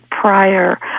prior